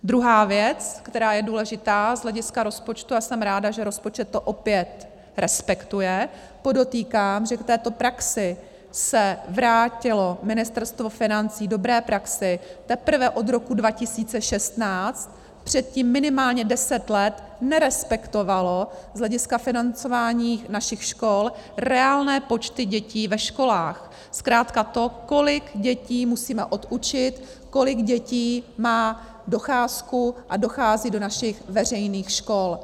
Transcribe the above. Druhá věc, která je důležitá z hlediska rozpočtu, a jsem ráda, že rozpočet to opět respektuje podotýkám, že k této dobré praxi se vrátilo Ministerstvo financí teprve od roku 2016, předtím minimálně deset let nerespektovalo z hlediska financování našich škol reálné počty dětí ve školách, zkrátka to, kolik dětí musíme odučit, kolik dětí má docházku a dochází do našich veřejných škol.